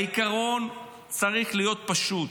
העיקרון צריך להיות פשוט: